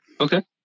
Okay